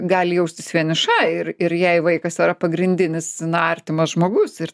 gali jaustis vieniša ir ir jai vaikas yra pagrindinis na artimas žmogus ir